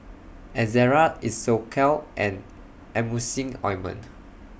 Ezerra Isocal and Emulsying Ointment